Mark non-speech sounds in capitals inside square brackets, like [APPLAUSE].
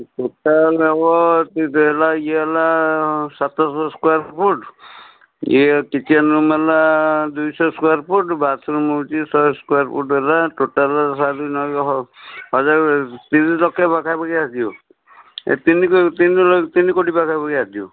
total ହେବ ଇଏ ହେଲା ସାତ ଶହ ସ୍କୋୟାର ଫୁଟ୍ ଇଏ କିଚେନ୍ ରୁମ୍ ହେଲା ଦୁଇ ଶହ ସ୍କୋୟାର ଫୁଟ୍ ବାଥରୁମ୍ ହେଉଛି ଶହେ ସ୍କୋୟାର ଫୁଟ୍ ହେଲା ଟୋଟାଲ୍ [UNINTELLIGIBLE] ହଜାରେ ତିନି ଲକ୍ଷ ପାଖାପାଖି ଆସିଯିବ ତିନି ତିନି କୋଟି ପାଖାପାଖି ଆସିଯିବ